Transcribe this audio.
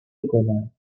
گلم